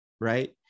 right